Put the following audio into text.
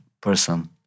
person